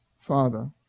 Father